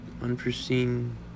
unforeseen